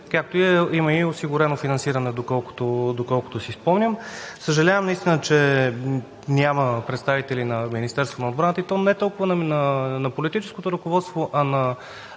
върви и има осигурено финансиране, доколкото си спомням. Съжалявам наистина, че няма представители на Министерството на отбраната и не толкова на политическото ръководство, а на